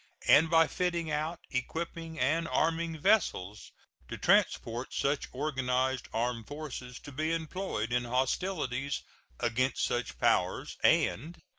and by fitting out, equipping, and arming vessels to transport such organized armed forces to be employed in hostilities against such powers and